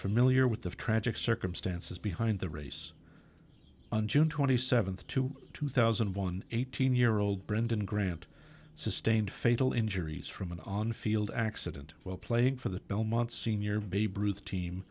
familiar with the tragic circumstances behind the race on june twenty seventh to two thousand and one eighteen year old brandon grant sustained fatal injuries from an on field accident while playing for the belmont senior babe ruth team